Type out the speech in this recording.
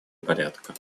порядка